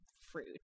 fruit